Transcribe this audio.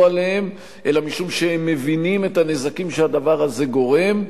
עליהם אלא משום שהם מבינים את הנזקים שהדבר הזה גורם,